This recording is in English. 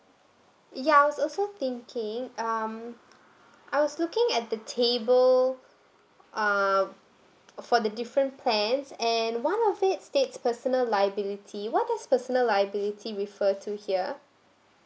ya I was also thinking um I was looking at the table um for the different plans and one of it states personal liability what does personal liability refer to here